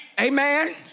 Amen